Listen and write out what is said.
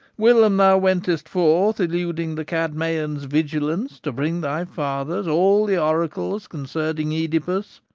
whilom thou wentest forth, eluding the cadmeians' vigilance, to bring thy father all the oracles concerning oedipus,